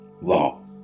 Wow